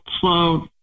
slow